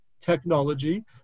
technology